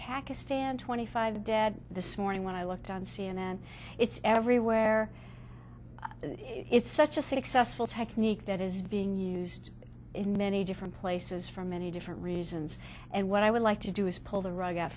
pakistan twenty five dead this morning when i looked on c n n it's everywhere it's such a successful technique that is being used in many different places for many different reasons and what i would like to do is pull the rug out